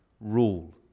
rule